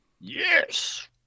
Yes